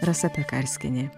rasa pekarskienė